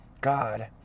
God